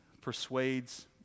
persuades